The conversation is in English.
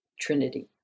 Trinity